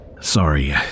Sorry